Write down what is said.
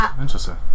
Interesting